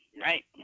right